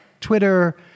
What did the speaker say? twitter